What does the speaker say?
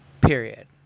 Period